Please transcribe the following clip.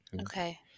Okay